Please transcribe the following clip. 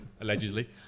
Allegedly